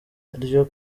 ryo